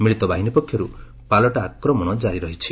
ମିଳିତ ବାହିନୀ ପକ୍ଷରୁ ପାଲଟା ଆକ୍ରମଣ ଜାରି ରହିଛି